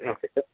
okay sir